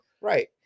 Right